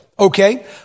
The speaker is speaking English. Okay